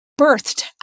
birthed